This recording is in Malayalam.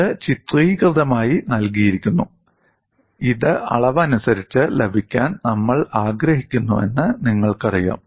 ഇത് ചിത്രീകൃതമായി നൽകിയിരിക്കുന്നു ഇത് അളവനുസരിച്ച് ലഭിക്കാൻ നമ്മൾ ആഗ്രഹിക്കുന്നുവെന്ന് നിങ്ങൾക്കറിയാം